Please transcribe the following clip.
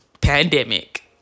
Pandemic